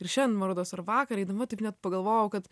ir šiandien man rodos ir vakar eidama taip net pagalvojau kad